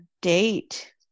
date